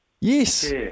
yes